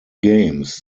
games